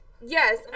Yes